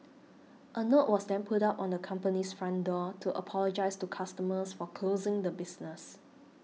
a note was then put up on the company's front door to apologise to customers for closing the business